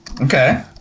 okay